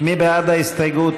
מי בעד ההסתייגות?